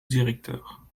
directeur